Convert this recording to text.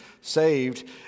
saved